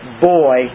boy